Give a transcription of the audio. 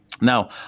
Now